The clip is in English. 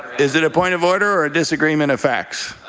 is it a point of order or a disagreement of facts?